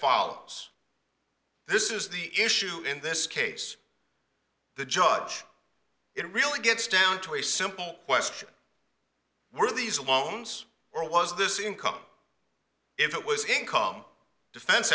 follows this is the issue in this case the judge it really gets down to a simple question were these loans or was this income if it was income defen